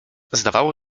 zdawało